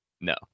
no